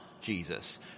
Jesus